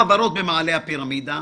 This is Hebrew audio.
החברות במעלה הפירמידה,